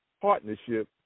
Partnership